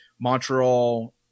Montreal